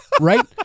right